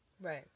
Right